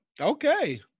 Okay